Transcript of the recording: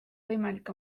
võimalik